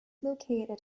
located